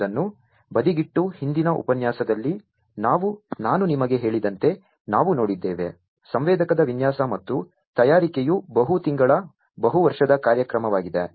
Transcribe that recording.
ಅದನ್ನು ಬದಿಗಿಟ್ಟು ಹಿಂದಿನ ಉಪನ್ಯಾಸದಲ್ಲಿ ನಾನು ನಿಮಗೆ ಹೇಳಿದಂತೆ ನಾವು ನೋಡಿದ್ದೇವೆ ಸಂವೇದಕದ ವಿನ್ಯಾಸ ಮತ್ತು ತಯಾರಿಕೆಯು ಬಹು ತಿಂಗಳ ಬಹುವರ್ಷದ ಕಾರ್ಯಕ್ರಮವಾಗಿದೆ